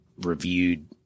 reviewed